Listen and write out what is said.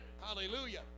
Hallelujah